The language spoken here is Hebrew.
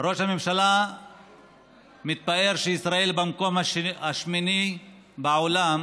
ראש הממשלה מתפאר שישראל היא במקום השמיני בעולם